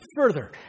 Further